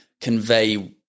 convey